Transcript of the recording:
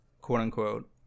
quote-unquote